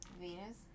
Venus